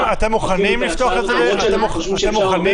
התש״ף-2020,